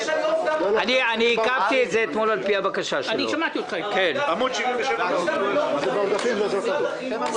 יש היום גם עודפים של משרד החינוך.